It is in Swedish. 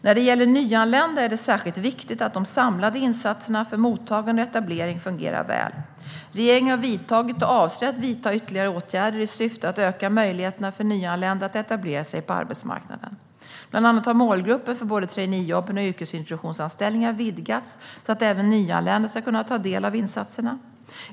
När det gäller nyanlända är det särskilt viktigt att de samlade insatserna för mottagande och etablering fungerar väl. Regeringen har vidtagit åtgärder och avser att vidta ytterligare åtgärder i syfte att öka möjligheterna för nyanlända att etablera sig på arbetsmarknaden. Bland annat har målgruppen för både traineejobben och yrkesintroduktionsanställningarna vidgats så att även nyanlända ska kunna ta del av insatserna.